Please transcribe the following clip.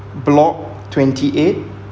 block twenty eight